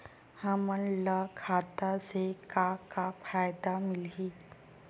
हमन ला खाता से का का फ़ायदा मिलही?